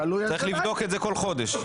תלוי אם יש לילה לבן.